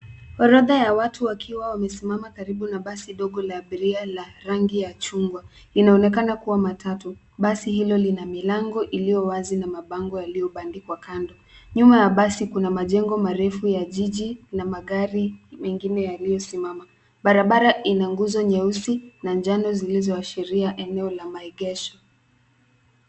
Orodha ya watu wakiwa wamesimama karibu na basi ndogo la abiria ya rangi ya chungwa inaonekana kuwa matatu. Basi hilo lina milango iliyo wazi na mabango aliyo bandikwa kando, nyumba ya basi kuna majengo marefu ya jiji na magari mengine yaliyo simama. Barabara ina nguzo nyeusi na njano zilizoashilia eneo lamaegesho.